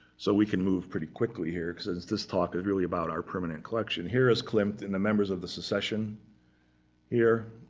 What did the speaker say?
so we can move pretty quickly here, because this talk is really about our permanent collection. here is klimt and the members of the succession here.